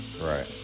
right